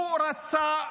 הוא רצה בזה.